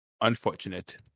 Unfortunate